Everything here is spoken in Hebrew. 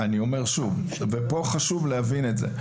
שוב, וחשוב להבין את זה: